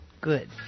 Good